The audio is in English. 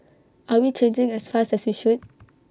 are we changing as fast as we should